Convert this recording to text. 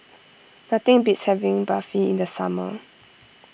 nothing beats having Barfi in the summer